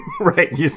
Right